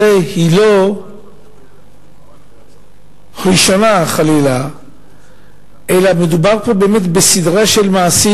הרי זו לא הראשונה אלא מדובר פה באמת בסדרה של מעשים